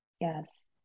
Yes